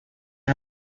است